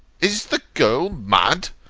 is the girl mad?